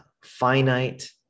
finite